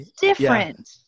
different